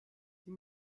die